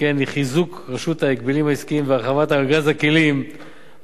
היא חיזוק רשות ההגבלים העסקיים והרחבת ארגז הכלים העומד